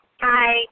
Hi